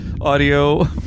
audio